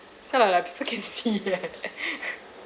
it's not like like people can see right